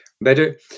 better